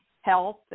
health